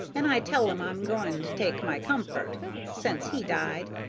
and i tell em i'm goin to take my comfort sence he died,